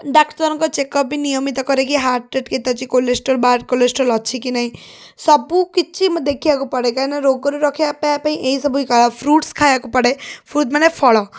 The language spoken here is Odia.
ଡାକ୍ତରଙ୍କ ଚେକ୍ଅପ୍ ବି ନିୟମିତ କରେ କି ହାର୍ଟ ରେଟ୍ କେତେ ଅଛି କି କୋଲେଷ୍ଟ୍ରୋଲ୍ ବାର୍ କୋଲେଷ୍ଟ୍ରୋଲ୍ ଅଛି କି ନାହିଁ ସବୁକିଛି ମୁଁ ଦେଖିବାକୁ ପଡ଼େ କାଇଁକିନା ରୋଗରୁ ରକ୍ଷା ପାଇବାପାଇଁ ଏହିସବୁ ହିଁ କରା ଫ୍ରୁଟ୍ସ ଖାଇବାକୁ ପଡ଼େ ଫ୍ରୁଟ ମାନେ ଫଳ